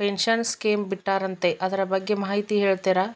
Pension scheme ಬಿಟ್ಟಾರಂತೆ ಅದರ ಬಗ್ಗೆ ಮಾಹಿತಿ ಹೇಳ್ತೇರಾ?